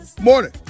Morning